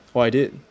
oh I did